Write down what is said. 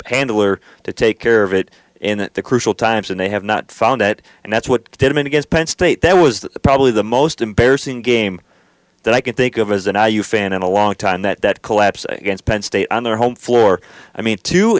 pedler to take care of it in the crucial times and they have not found it and that's what did i'm against penn state that was probably the most embarrassing game that i can think of as an i you fan in a long time that collapse against penn state on their home floor i mean t